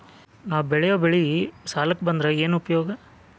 ನಾವ್ ಬೆಳೆಯೊ ಬೆಳಿ ಸಾಲಕ ಬಂದ್ರ ಏನ್ ಉಪಯೋಗ?